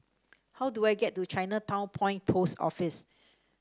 how do I get to Chinatown Point Post Office